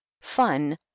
fun